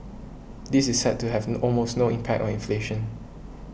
this is set to have no almost no impact on inflation